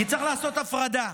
כי צריך לעשות הפרדה,